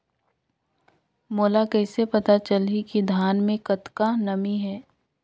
मोला कइसे पता चलही की धान मे कतका नमी हे?